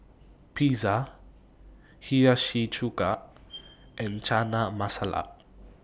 Pizza Hiyashi Chuka and Chana Masala